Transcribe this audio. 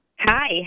Hi